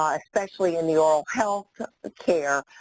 ah especially in the oral health care.